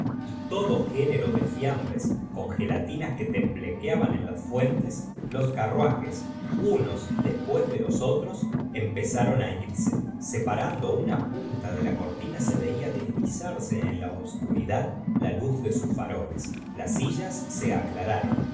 y todo género de fiambres con gelatinas que temblequeaban en las fuentes los carruajes unos después de los otros empezaron irse separando una punta de la cortina se veía deslizarse en la obscuridad la luz de sus faroles las sillas se aclararon